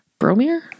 Bromir